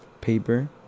paper